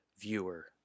Viewer